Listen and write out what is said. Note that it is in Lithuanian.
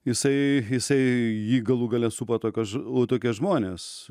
jisai jisai jį galų gale supo tokios tokie žmonės